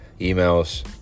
emails